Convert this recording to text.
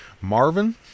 Marvin